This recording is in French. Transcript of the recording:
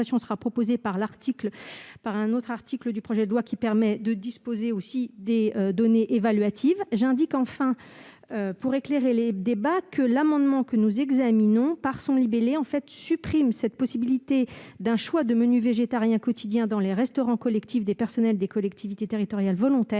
expérimentation sera proposée dans un autre article du projet de loi, qui permet de disposer des données évaluatives sur le sujet. Enfin, pour éclairer les débats, je signale que l'amendement que nous examinons supprime la possibilité d'un choix de menus végétariens quotidiens dans les restaurants collectifs du personnel des collectivités territoriales volontaires